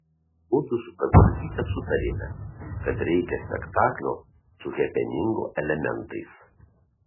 mudu su kazragyte sutarėme kad reikia spektaklio su hepeningo elementais